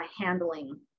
handling